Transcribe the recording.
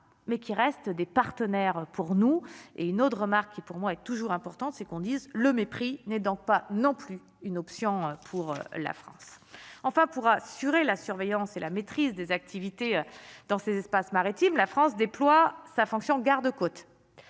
mais qui restent des partenaires pour nous et une autre marque qui pour moi est toujours importante, c'est qu'on dise le mépris n'est donc pas non plus une option pour la France, enfin, pour assurer la surveillance et la maîtrise des activités dans ces espaces maritimes la France déploie sa fonction garde-côtes